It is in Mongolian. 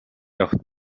явахад